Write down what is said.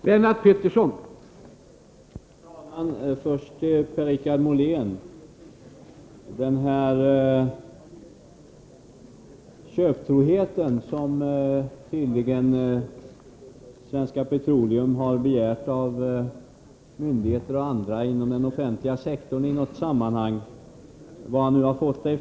Herr talman! Per-Richard Molén sade något om att Svenska Petroleum av myndigheter och andra inom den offentliga sektorn begärt någon form av köptrohet.